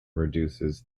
reduces